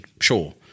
sure